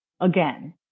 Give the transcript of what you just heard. again